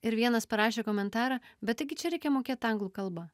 ir vienas parašė komentarą bet taigi čia reikia mokėt anglų kalbą